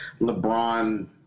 LeBron